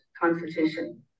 constitution